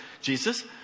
Jesus